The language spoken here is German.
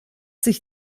sich